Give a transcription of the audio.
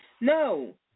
No